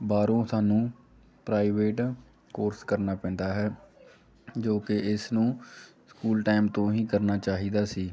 ਬਾਹਰੋਂ ਸਾਨੂੰ private course ਕਰਨਾ ਪੈਂਦਾ ਹੈ ਜੋ ਕਿ ਇਸ ਨੂੰ ਸਕੂਲ ਟਾਈਮ ਤੋਂ ਹੀ ਕਰਨਾ ਚਾਹੀਦਾ ਸੀ